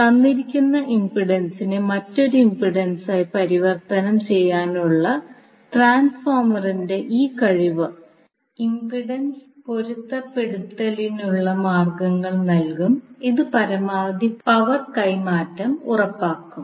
തന്നിരിക്കുന്ന ഇംപെഡൻസിനെ മറ്റൊരു ഇംപെഡൻസായി പരിവർത്തനം ചെയ്യാനുള്ള ട്രാൻസ്ഫോർമറിന്റെ ഈ കഴിവ് ഇംപെഡൻസ് പൊരുത്തപ്പെടുത്തലിനുള്ള മാർഗ്ഗങ്ങൾ നൽകും ഇത് പരമാവധി പവർ കൈമാറ്റം ഉറപ്പാക്കും